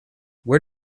where